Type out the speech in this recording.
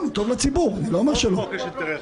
לא הייתה לך את הסמכות לשקול,